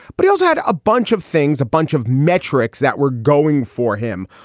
but he also had a bunch of things, a bunch of metrics that were going for him.